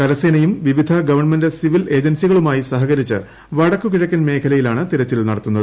കരസേനയും വിവിധ government civil ഏജൻസികളുമായി സഹകരിച്ച് വടക്ക് കിഴക്കൻ മേഖലയിലാണ് തിരച്ചിൽ നടത്തുന്നത്